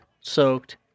soaked